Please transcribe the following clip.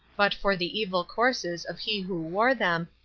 but for the evil courses of he who wore them,